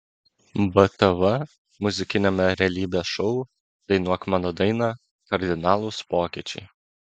btv muzikiniame realybės šou dainuok mano dainą kardinalūs pokyčiai